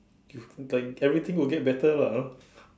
if like everything will get better lah you know